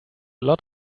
lot